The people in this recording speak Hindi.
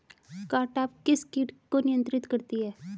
कारटाप किस किट को नियंत्रित करती है?